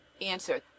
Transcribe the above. Answer